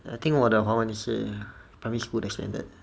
I think 我的华文是 primary school 的 standard